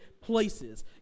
places